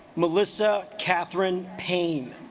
melissa catherine pain